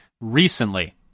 Recently